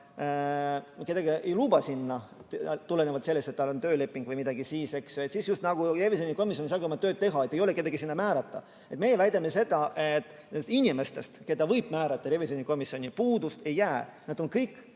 nüüd ei luba sinna tulenevalt sellest, et tal on tööleping või midagi, siis just nagu revisjonikomisjon ei saagi oma tööd teha, sest ei ole kedagi sinna määrata. Meie väidame seda, et inimestest, keda võib määrata revisjonikomisjoni, puudust ei tule, nad on kõik